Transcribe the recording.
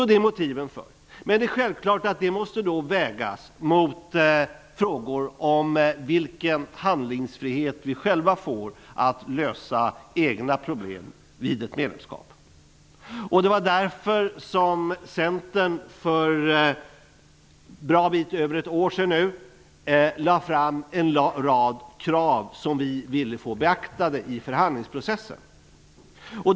Det är alltså motiven för medlemskap. Detta måste självklart vägas mot frågor om vilken handlingsfrihet vi får att lösa egna problem vid ett medlemskap. Det var därför Centern för en bra bit över ett år sedan lade fram en rad krav vi ville få beaktade i förhandlingsprocessen.